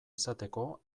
izateko